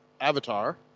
avatar